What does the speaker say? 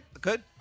good